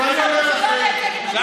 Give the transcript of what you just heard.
אז מה חשבתם, שלא